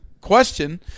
question